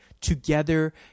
together